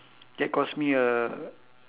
that caused me a